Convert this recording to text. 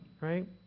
Right